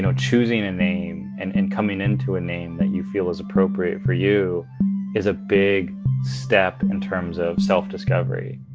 choosing a name and and coming into a name that you feel is appropriate for you is a big step in terms of self discovery